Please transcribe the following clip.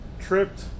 tripped